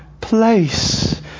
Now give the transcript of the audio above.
place